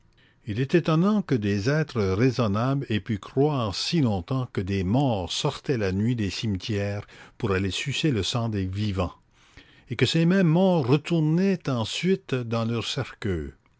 il est étonnant que des être raisonnables aient pu croire si long-tems que des morts sortaient la nuit des cimetières pour aller sucer le sang des vivans et que ces mêmes morts retournaient ensuite dans leurs cercueils